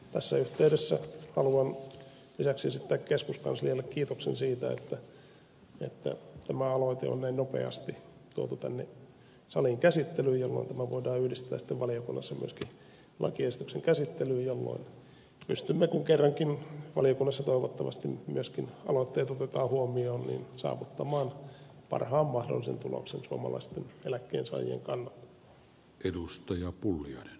tässä yhteydessä haluan lisäksi esittää keskuskanslialle kiitoksen siitä että tämä aloite on näin nopeasti tuotu tänne saliin käsittelyyn ja luulen että tämä voidaan yhdistää sitten valiokunnassa myöskin lakiesityksen käsittelyyn jolloin pystymme kun kerrankin valiokunnassa toivottavasti myöskin aloitteet otetaan huomioon saavuttamaan parhaan mahdollisen tuloksen suomalaisten eläkkeensaajien kannalta